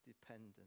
dependent